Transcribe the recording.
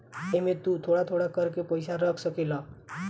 एमे तु थोड़ा थोड़ा कर के पईसा रख सकेल